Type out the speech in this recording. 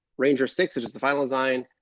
ranger six, which is the final design,